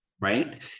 right